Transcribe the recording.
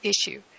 issue